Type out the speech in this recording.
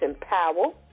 Powell